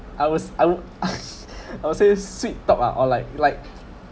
I was I would I will say sweet talk ah or like like